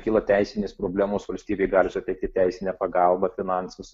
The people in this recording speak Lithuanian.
kyla teisinės problemos valstybėj gali suteikti teisinę pagalbą finansus